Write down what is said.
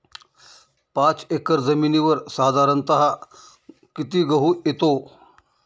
पाच एकर जमिनीवर साधारणत: किती गहू येतो?